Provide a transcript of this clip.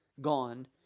gone